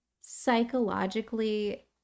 psychologically